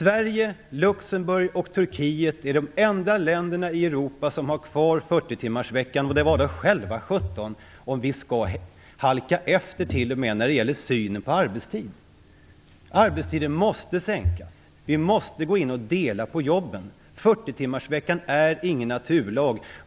Sverige, Luxemburg och Turkiet är de enda länderna i Europa som har kvar 40-timmarsveckan, och det var väl sjutton om vi skall halka efter t.o.m. när det gäller synen på arbetstid. Arbetstiden måste sänkas. Vi måste dela på jobben. 40-timmarsveckan är inte någon naturlag.